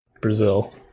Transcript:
Brazil